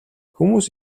хүмүүс